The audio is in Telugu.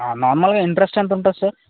మామూలుగా ఇంట్రస్ట్ ఎంతు ఉంటుంది సార్